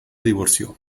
divorció